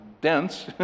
dense